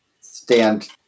stand